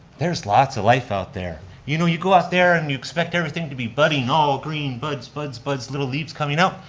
there's lots of life out there. you know you go out there and you expect everything to be budding, all green, buds, buds, buds, little leaves coming up,